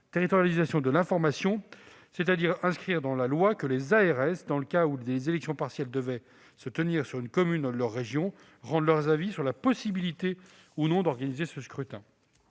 cette proposition émanât du Sénat. Il s'agit d'inscrire dans la loi que les ARS, dans les cas où des élections partielles devaient se tenir dans une commune de leur région, rendent leur avis sur la possibilité ou non d'organiser ce scrutin.